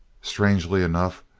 strangely enough,